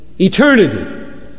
eternity